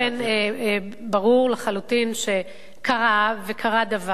ברור לחלוטין שקרה וקרה דבר,